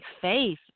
faith